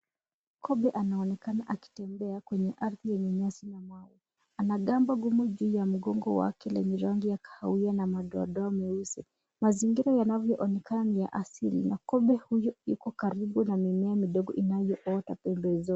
Kobe anaonekana akitembea kwenye ardhi yenye nyasi na mawe. Ana gamba gumu juu ya mgongo wake lenye rangi ya kahawia na madoadoa meusi. Mazingira yanavyoonekana ni ya asili na kobe huyu yuko karibu na mimea midgo inayoota pembe zote.